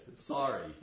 Sorry